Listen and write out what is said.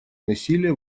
насилия